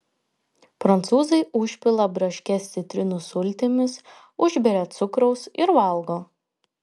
prancūzai užpila braškes citrinų sultimis užberia cukraus ir valgo